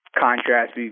contrast